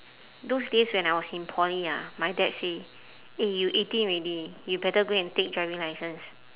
those days when I was in poly ah my dad say eh you eighteen already you better go and take driving licence